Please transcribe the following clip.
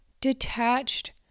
detached